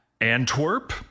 Antwerp